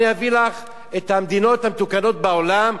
אני אביא לך את המדינות המתוקנות בעולם,